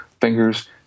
fingers